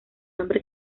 nombre